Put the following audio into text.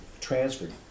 transferred